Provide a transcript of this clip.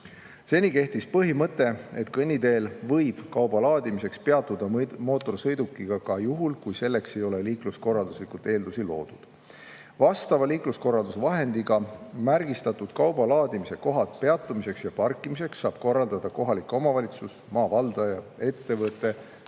Seni kehtis põhimõte, et kõnniteel võib kauba laadimiseks peatuda mootorsõidukiga ka juhul, kui selleks ei ole liikluskorralduslikult eeldusi loodud. Vastava liikluskorraldusvahendiga märgistatud kaubalaadimise kohad peatumiseks ja parkimiseks saab korraldada kohalik omavalitsus, maavaldaja, ettevõte